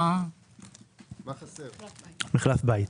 מחלף בייט,